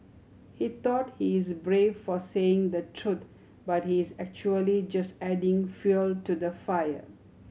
he thought he is brave for saying the truth but he is actually just adding fuel to the fire